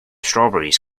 strawberries